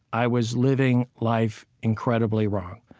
i was living life incredibly wrong,